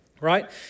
Right